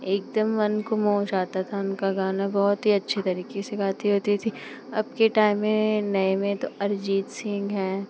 एक दम मन को मोह जाता था उनका गाना बहुत ही अच्छे तरीक़ए से गाती होती थी अब के टाइम में नए में तो अरिजीत सिंह हैं